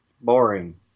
Boring